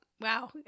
wow